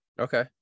okay